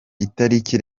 itariki